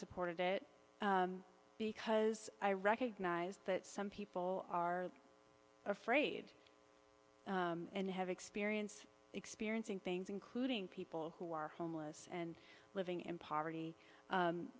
supported it because i recognize that some people are afraid and have experience experiencing things including people who are homeless and living in poverty